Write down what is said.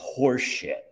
horseshit